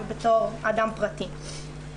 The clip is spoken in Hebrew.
בתור אדם פרטי.